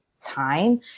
time